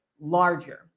Larger